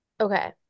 Okay